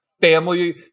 family